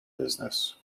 business